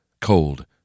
cold